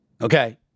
Okay